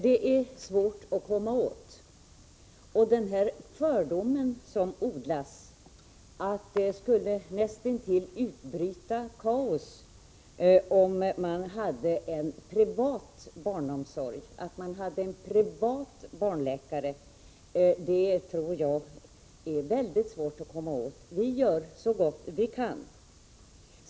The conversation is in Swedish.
Det är svårt att komma åt dem. Den fördom som odlas att det näst intill skulle utbryta kaos om man hade en privat barnomsorg och en privat barnläkare tror jag är väldigt svår att komma åt. Vi gör så gott vi kan.